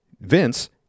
Vince